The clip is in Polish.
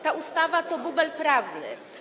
Ta ustawa to bubel prawny.